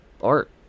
art